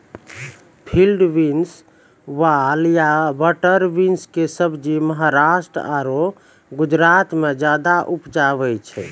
field beans, वाल या butter bean कॅ सब्जी महाराष्ट्र आरो गुजरात मॅ ज्यादा उपजावे छै